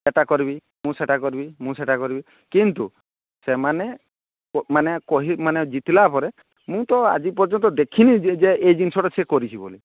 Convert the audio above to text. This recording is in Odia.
ଏଇଟା କରିବି ମୁଁ ସେଇଟା କରିବି ମୁଁ ସେଇଟା କରିବି କିନ୍ତୁ ସେମାନେ ମାନେ କହି ମାନେ ଜିତିଲା ପରେ ମୁଁ ତ ଆଜି ପର୍ଯ୍ୟନ୍ତ ଦେଖିନି ଯେ ଏ ଜିନିଷଟା ସେ କରିଛି ବୋଲି